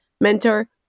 mentor